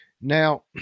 Now